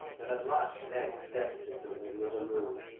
and at last ned stepped into the middle of the room.